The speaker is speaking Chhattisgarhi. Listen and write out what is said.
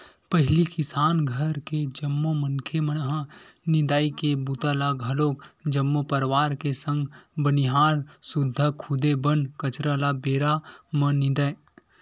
पहिली किसान घर के जम्मो मनखे मन ह निंदई के बूता ल घलोक जम्मो परवार के संग बनिहार सुद्धा खुदे बन कचरा ल बेरा म निंदय